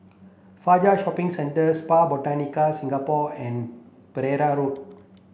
Fajar Shopping Centre Spa Botanica Singapore and Pereira Road